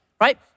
right